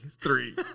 three